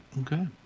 Okay